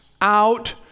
out